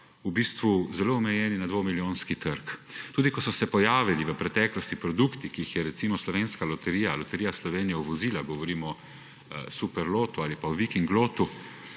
v bistvu zelo omejeni na dvomilijonski trg. Tudi ko so se v preteklosti pojavili produkti, ki jih je recimo slovenska loterija, Loterija Slovenije, uvozila, govorim o Super Lotu ali o Vikinglottu,